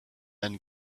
then